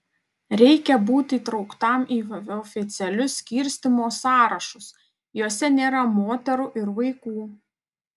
reikia būti įtrauktam į oficialius skirstymo sąrašus juose nėra moterų ir vaikų